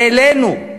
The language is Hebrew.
העלינו.